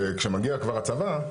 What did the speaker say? כשמגיע כבר הצבא,